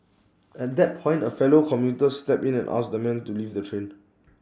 at that point A fellow commuter steps in and asks the man to leave the train